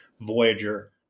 Voyager